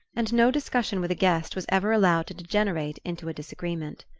and no discussion with a guest was ever allowed to degenerate into a disagreement.